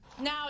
Now